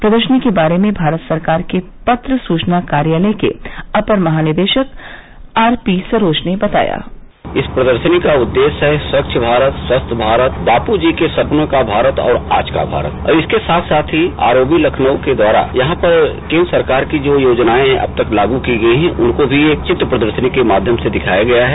प्रदर्शनी के बारे में भारत सरकार के पत्र सूचना कार्यालय के अपर महानिदेशक आर पी सरोज ने बताया इस प्रदर्शनी का उददेश्य है स्वच्छ भारत स्वस्थ्य भारत बापू जी के सपनों का भारत और आज का भारत और इसके साथ साथ ही आर ओ बी लखनऊ के द्वारा यहां पर केन्द्र सरकार की जो योजनाएं हैं अब तक लागू की गयी हैं उनको भी एक वित्र प्रदर्शनी के माध्यम से दिखाया गया है